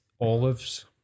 olives